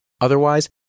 Otherwise